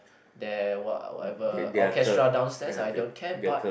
the what whatever orchestra downstairs I don't care but